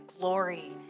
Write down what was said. glory